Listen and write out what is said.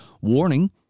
warning